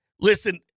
Listen